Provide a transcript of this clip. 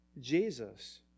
Jesus